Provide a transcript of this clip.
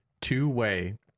two-way